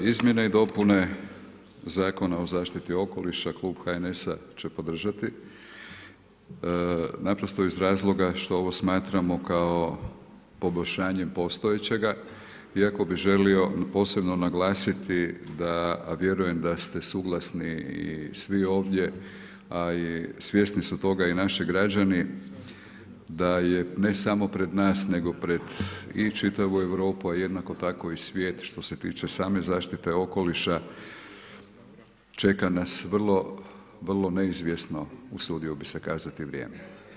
Izmjene i dopune Zakona o zaštiti okoliša klub HNS-a će podržati naprosto iz razloga što ovo smatramo kao poboljšanje postojećega iako bi želio posebno naglasiti da vjerujem da ste suglasni i svi ovdje a i svjesni su toga i naši građani da je ne samo pred nas nego pred i čitavu Europu a jednako tako i svijet što se tiče same zaštite okoliša čeka nas vrlo neizvjesno usudio bi se kazati, vrijeme.